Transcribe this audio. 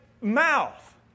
mouth